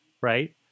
right